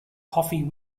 coffee